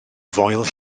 foel